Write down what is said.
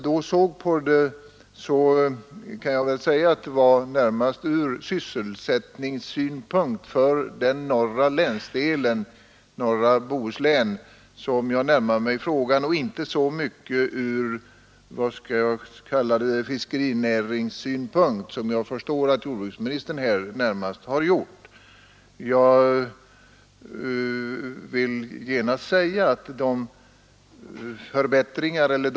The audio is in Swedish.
Det var närmast med tanke på sysselsättningen i norra Bohuslän som jag närmade mig frågan och inte så mycket ur fiskerinäringssynpunkt — som jag förstår att jordbruksministern i första hand har gjort.